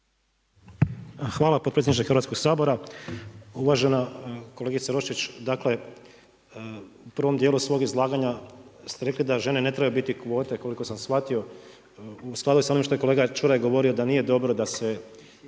Hvala potpredsjedniče Hrvatskoga sabora. Uvažena kolegice Roščić, dakle u prvom dijelu svog izlaganja ste rekli da žene ne trebaju biti kvote, koliko sam shvatio. U skladu je sa onim što je kolega Čuraj govorio da nije dobro da se